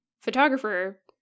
photographer